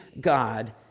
God